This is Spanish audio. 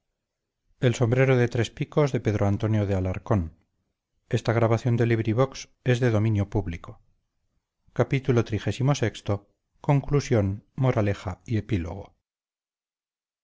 su sombrero de tres picos y por